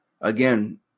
Again